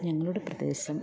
ഞങ്ങളുടെ പ്രദേശം